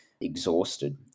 exhausted